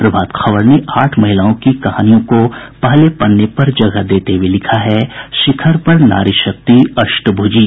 प्रभात खबर ने आठ महिलाओं की कहानियों को पहले पन्ने पर जगह देते हुये लिखा है शिखर पर नारी शक्ति अष्टभूजी